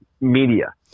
media